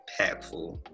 impactful